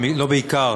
לא בעיקר,